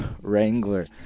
Wrangler